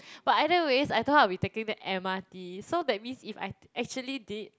but either ways I told her I'll be taking the m_r_t so that means if I actually did